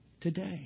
today